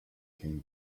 came